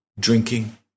Drinking